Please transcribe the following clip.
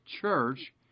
church